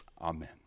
Amen